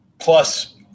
plus